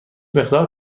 مقدار